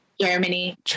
Germany